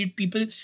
people